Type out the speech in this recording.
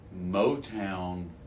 Motown